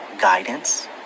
guidance